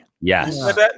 Yes